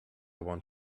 want